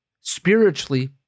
spiritually